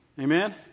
Amen